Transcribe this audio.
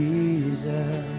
Jesus